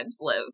live